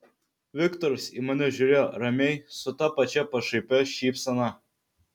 viktoras į mane žiūrėjo ramiai su ta pačia pašaipia šypsena